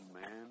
man